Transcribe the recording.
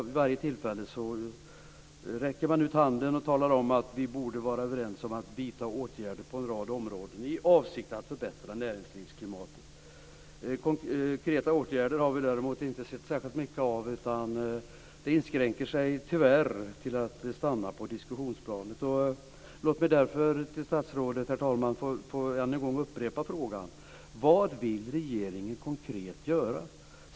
Vid varje tillfälle räcker man ut handen och talar om att vi borde vara överens om att vidta åtgärder på en rad områden i avsikt att förbättra näringslivsklimatet. Konkreta åtgärder har vi däremot inte sett särskilt mycket av. Det inskränker sig tyvärr till att stanna på diskussionsplanet. Herr talman! Låg mig därför till statsrådet än en gång få upprepa frågan: Vad vill regeringen konkret göra?